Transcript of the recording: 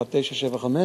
1975?